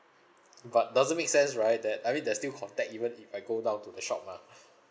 but doesn't make sense right that I mean there's still contact even if I go down to the shop mah